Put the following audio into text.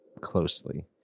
closely